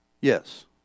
Yes